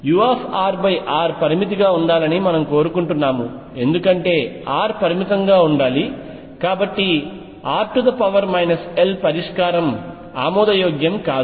urr పరిమితిగా ఉండాలని మనము కోరుకుంటున్నాము ఎందుకంటే r పరిమితంగా ఉండాలి కాబట్టి r l పరిష్కారం ఆమోదయోగ్యం కాదు